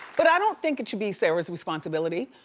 but i don't think it should be sarah's responsibility.